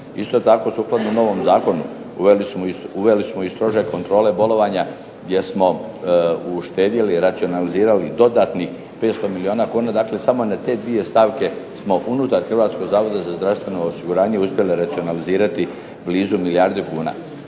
Isto tako sukladno novom zakonu uveli smo i strože kontrole bolovanja gdje smo uštedjeli, racionalizirali dodatnih 500 milijuna kuna, samo na te dvije stavke smo unutar Hrvatskog zavoda za zdravstveno osiguranje smo uspjeli racionalizirati blizu milijardu kuna.